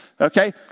okay